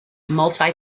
multi